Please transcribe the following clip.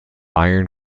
iron